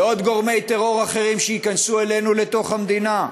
לעוד גורמי טרור אחרים שייכנסו אלינו לתוך המדינה?